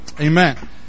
Amen